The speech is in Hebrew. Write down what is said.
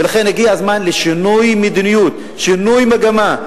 ולכן, הגיע הזמן לשינוי מדיניות, שינוי מגמה.